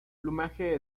plumaje